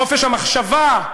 חופש המחשבה,